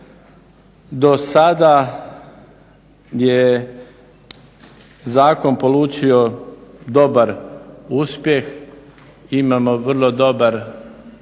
do sada je zakon polučio dobar uspjeh, imamo vrlo dobar